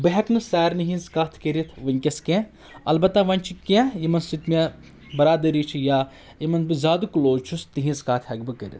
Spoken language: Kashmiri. بہٕ ہؠکہٕ نہٕ سارنٕے ہِنٛز کَتھ کٔرِتھ وٕنکیٚس کینٛہہ البَتہ وۄنۍ چھِ کینٛہہ یِمَن سۭتۍ مےٚ برادَرِی چھِ یا یِمن بہٕ زیادٕ کُلوز چھُس تِہنٛز کَتھ ہؠکہٕ بہٕ کٔرِتھ